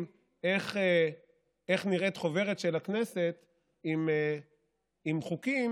איך נראית חוברת של הכנסת עם חוקים,